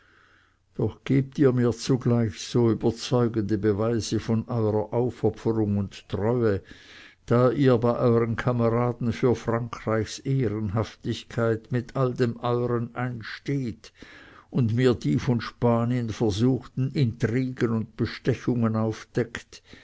doch gebt ihr mir zugleich so überzeugende beweise von eurer aufopferung und treue da ihr bei euren kameraden für frankreichs ehrenhaftigkeit mit all dem euern einsteht und mir die von spanien versuchten intrigen und bestechungen aufdeckt